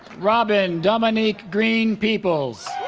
robin dominique green peeples